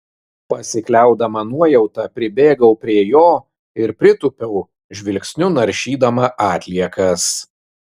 pasikliaudama nuojauta pribėgau prie jo ir pritūpiau žvilgsniu naršydama atliekas